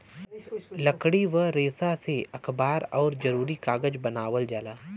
लकड़ी क रेसा से अखबार आउर जरूरी कागज बनावल जाला